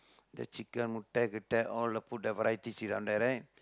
the chicken முட்டே கிட்டே:muttee kitdee all the put the varieties sit down there right